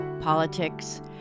politics